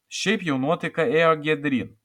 šiaip jau nuotaika ėjo giedryn